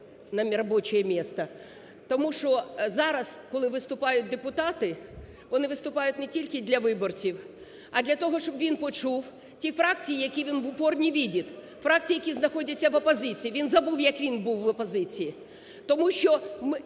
Тому що зараз, коли виступають депутати, вони виступають не тільки для виборців, а для того, щоб він почув ті фракції, які він в упор не видит фракції, які знаходяться в опозиції. Він забув як він був в опозиції, тому що